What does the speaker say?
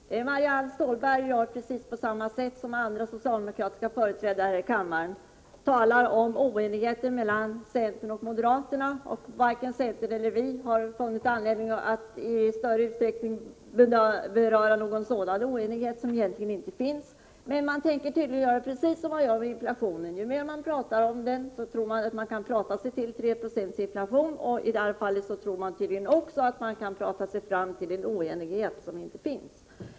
Fru talman! Marianne Stålberg gör på precis samma sätt som andra socialdemokratiska företrädare här i kammaren — talar om oenigheten mellan centern och moderaterna. Varken centern eller vi har funnit anledning att i större utsträckning beröra någon oenighet, som egentligen inte finns. Men man tänker tydligen göra här som man gör med inflationen: Man tror att man kan prata sig till 3 96 inflation. I det här fallet tror man tydligen att man kan prata sig till en oenighet som inte finns.